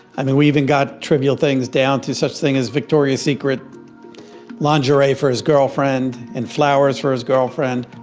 i mean we even got trivial things down to such thing as victoria's secret lingerie for his girlfriend and flowers for his girlfriend.